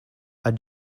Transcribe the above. are